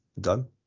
Done